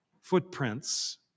footprints